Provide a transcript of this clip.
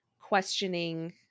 questioning